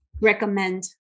recommend